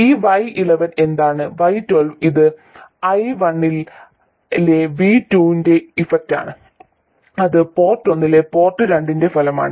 ഈ y11 എന്താണ് y12 ഇത് i1 ലെ v2 ന്റെ ഇഫക്റ്റാണ് അത് പോർട്ട് ഒന്നിലെ പോർട്ട് രണ്ടിന്റെ ഫലമാണ്